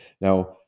Now